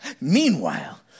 Meanwhile